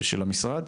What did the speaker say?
המשרד.